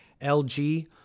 LG